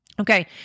Okay